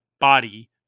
body